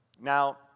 now